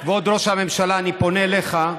כבוד ראש הממשלה, אני פונה אליך,